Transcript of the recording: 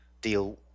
deal